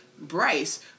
Bryce